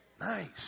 Nice